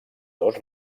dos